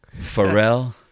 Pharrell